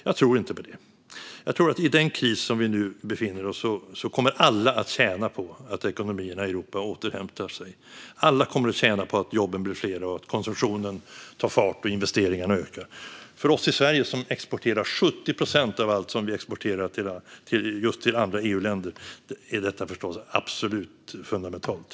Jag tror inte på det. Jag tror att i den kris som vi nu befinner oss kommer alla att tjäna på att ekonomierna i Europa återhämtar sig. Alla kommer att tjäna på att jobben blir fler, att konsumtionen tar fart och att investeringarna ökar. För oss i Sverige, som exporterar 70 procent av allt vi exporterar just till andra EU-länder, är detta förstås absolut fundamentalt.